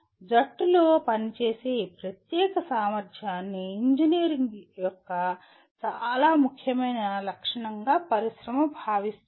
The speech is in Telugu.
జట్టులో పని చేసే ఈ ప్రత్యేక సామర్థ్యాన్ని ఇంజనీర్ యొక్క చాలా ముఖ్యమైన లక్షణంగా పరిశ్రమ భావిస్తుంది